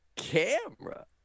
camera